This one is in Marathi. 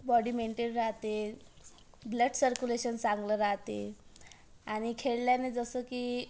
बॉडी मेंटेन राहते ब्लड सरक्यूलेशन चांगलं राहते आणि खेळल्याने जसं की